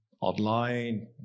Online